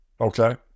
Okay